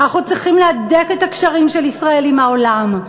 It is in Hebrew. אנחנו צריכים להדק את הקשרים של ישראל עם העולם.